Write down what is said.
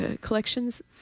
collections